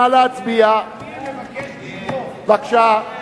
בבקשה להצביע.